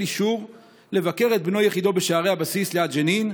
אישור לבקר את בנו יחידו בשערי הבסיס ליד ג'נין,